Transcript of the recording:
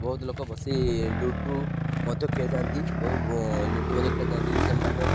ବହୁତ ଲୋକ ବସି ଲୁଡ଼ୁ ମଧ୍ୟ ଖେଳିଥାନ୍ତି ଓ ଲୁଡ଼ୁ ମଧ୍ୟ ଖେଳିଥାନ୍ତି ସେମାନେ